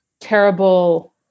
terrible